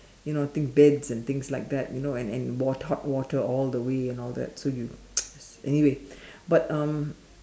you know I think beds and things like that you know and and hot water all the way and all that so you anyway but um